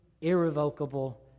irrevocable